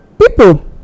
People